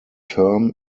term